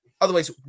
Otherwise